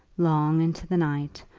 long into the night,